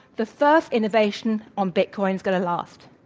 the first innovation on bitcoin is going to last.